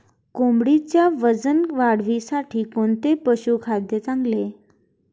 कोंबडीच्या वजन वाढीसाठी कोणते पशुखाद्य चांगले?